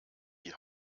die